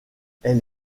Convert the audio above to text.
elle